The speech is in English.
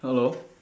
hello